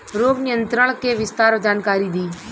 रोग नियंत्रण के विस्तार जानकारी दी?